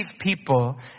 people